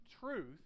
truth